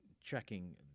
checking